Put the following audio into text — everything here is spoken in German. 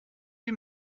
ihm